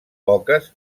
poques